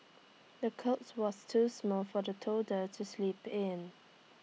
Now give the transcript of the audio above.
the cots was too small for the toddler to sleep in